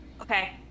Okay